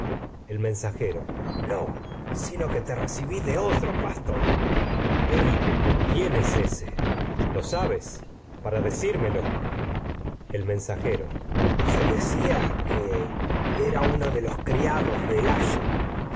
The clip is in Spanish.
el mensajero no te recibí de otro pastor edipo quién es ése lo sabes para decírmelo de los criados el mensajero se decía que era uno de layo